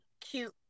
cute